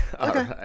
Okay